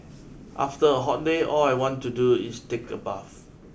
after a hot day all I want to do is take a bath